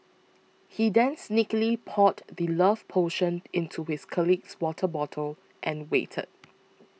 he then sneakily poured the love potion into his colleague's water bottle and waited